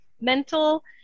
mental